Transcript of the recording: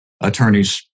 attorneys